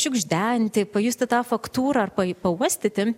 šiugždenti pajusti tą faktūrą arba pauostyti